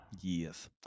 yes